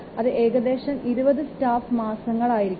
അത് ഏകദേശം 20 സ്റ്റാഫ് മാസങ്ങൾ ആയിരിക്കും